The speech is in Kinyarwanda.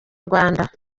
rwanda